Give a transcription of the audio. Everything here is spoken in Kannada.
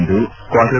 ಸಿಂಧು ಕ್ವಾರ್ಟರ್